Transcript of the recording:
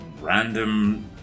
random